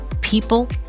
people